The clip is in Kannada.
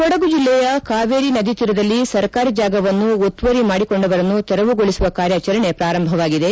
ಕೊಡಗು ಜಲ್ಲೆಯ ಕಾವೇರಿ ನದಿತೀರದಲ್ಲಿ ಸರ್ಕಾರಿ ಜಾಗವನ್ನು ಒತ್ತುವರಿ ಮಾಡಿಕೊಂಡವರನ್ನು ತೆರವು ಗೊಳಿಸುವ ಕಾರ್ಯಾಚರಣೆ ಪ್ರಾರಂಭವಾಗಿದೆ